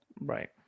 right